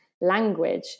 language